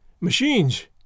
Machines